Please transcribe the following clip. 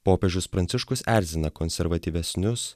popiežius pranciškus erzina konservatyvesnius